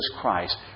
Christ